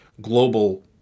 global